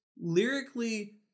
lyrically